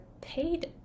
paid